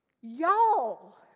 Y'all